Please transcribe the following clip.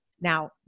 Now